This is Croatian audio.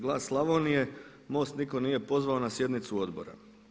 Glas Slavonije“ MOST nitko nije pozvao na sjednicu Odbora.